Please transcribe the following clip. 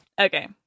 Okay